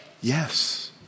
Yes